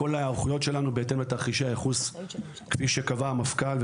בכל ההיערכויות שלנו בהתאם לתרחישי הייחוס כפי שקבע המפכ"ל,